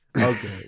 Okay